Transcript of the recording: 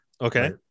okay